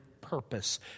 purpose